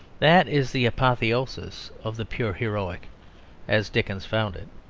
that is the apotheosis of the pure heroic as dickens found it,